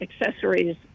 accessories